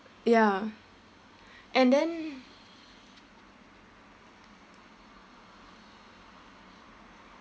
ya and then